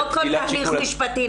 לא כל הליך משפטי.